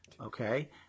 Okay